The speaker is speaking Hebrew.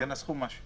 תנחו משהו.